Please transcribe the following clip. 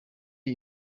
iyi